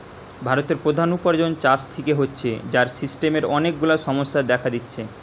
ভারতের প্রধান উপার্জন চাষ থিকে হচ্ছে, যার সিস্টেমের অনেক গুলা সমস্যা দেখা দিচ্ছে